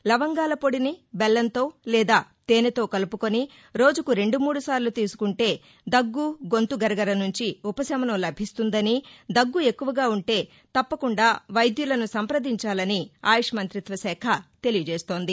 లవంగాల పొడిని బెల్లంతో లేదా తేనెతో కలుపుకొని రోజుకు రెండు మూడు సార్లు తీసుకుంటే దగ్గు గొంతు గరగర నుంచి ఉపశమనం లభిస్తుందని దగ్గు ఎక్కువగా ఉంటే తప్పకుండా వైద్యులను సంప్రదించాలని ఆయుష్ మంతిత్వ శాఖ తెలియజేస్తోంది